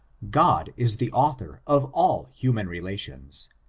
god is the author of all human relations.